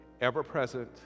ever-present